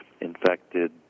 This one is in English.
infected